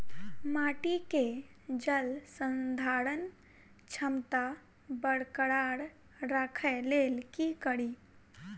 माटि केँ जलसंधारण क्षमता बरकरार राखै लेल की कड़ी?